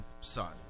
Son